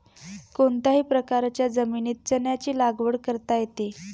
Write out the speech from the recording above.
कोणत्याही प्रकारच्या जमिनीत चण्याची लागवड करता येते